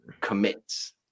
commits